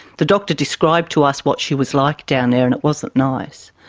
the doctor described to us what she was like down there, and it wasn't nice,